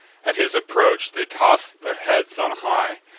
at his approach they toss their heads on high,